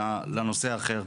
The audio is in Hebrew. אלא לנושא אחר,